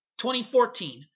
2014